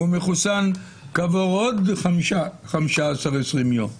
הוא מחוסן כעבור עוד 20-15 ימים.